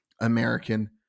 American